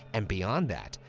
and beyond that,